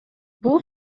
бул